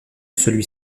celui